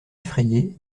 effrayé